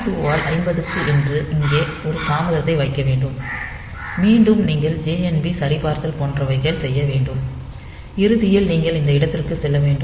2 ஆல் 50 க்கு என்று இங்கே ஒரு தாமதத்தை வைக்க வேண்டும் மீண்டும் நீங்கள் JNB சரிபார்த்தல் போன்றவைகள் செய்ய வேண்டும் இறுதியில் நீங்கள் இந்த இடத்திற்கு செல்ல வேண்டும்